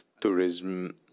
tourism